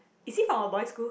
is he from a boys school